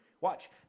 Watch